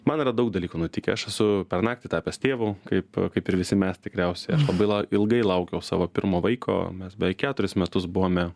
man yra daug dalykų nutikę aš esu per naktį tapęs tėvu kaip kaip ir visi mes tikriausiai aš labai la ilgai laukiau savo pirmo vaiko mes beveik keturis metus buvome